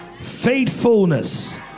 faithfulness